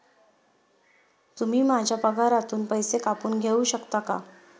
तुम्ही माझ्या पगारातून पैसे कापून घेऊ शकता का?